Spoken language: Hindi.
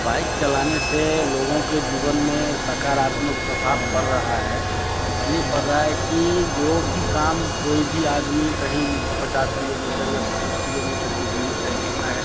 बाइक चलाने से लोगों के जीवन में साकारात्मक प्रभाव पड़ रहा है इस लिए पड़ रहा है कि जो भी काम कोई भी आदमी कहीं पचास किलोमीटर या पच्चीस किलोमीटर की दूरी तय करना है